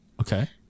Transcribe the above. Okay